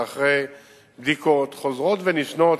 זה אחרי בדיקות חוזרות ונשנות,